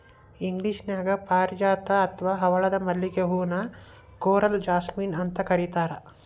ಇಂಗ್ಲೇಷನ್ಯಾಗ ಪಾರಿಜಾತ ಅತ್ವಾ ಹವಳದ ಮಲ್ಲಿಗೆ ಹೂ ನ ಕೋರಲ್ ಜಾಸ್ಮಿನ್ ಅಂತ ಕರೇತಾರ